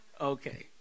okay